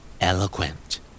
Eloquent